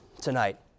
tonight